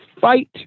fight